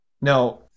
Now